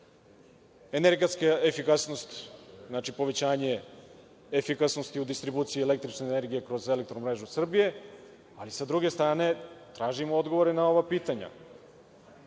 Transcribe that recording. energetska efikasnost, znači povećanje efikasnosti u distribuciji električne energije kroz „Elektromrežu Srbije“, ali sa druge strane tražim odgovore na ova pitanja. Dakle,